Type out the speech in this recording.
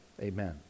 Amen